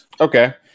Okay